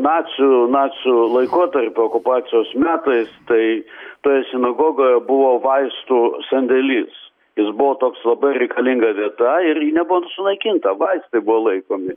nacių nacių laikotarpio okupacijos metais tai toje sinagogoje buvo vaistų sandėlys jis buvo toks labai reikalinga vieta ir ji nebuvo sunaikinta vaistai buvo laikomi